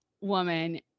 woman